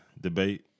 debate